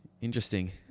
Interesting